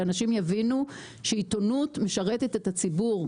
שאנשים יבינו שעיתונות משרתת את הציבור.